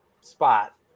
spot